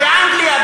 באנגליה,